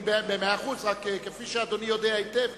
מאה אחוז, רק כפי שאדוני יודע היטב,